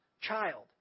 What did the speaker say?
child